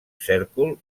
cèrcol